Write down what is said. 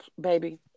baby